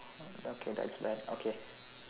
okay that's bad okay